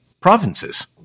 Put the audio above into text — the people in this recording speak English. provinces